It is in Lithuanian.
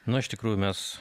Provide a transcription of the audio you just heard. nu iš tikrųjų mes